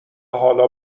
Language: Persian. حالا